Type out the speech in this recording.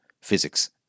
physics